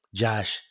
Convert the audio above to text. josh